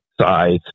size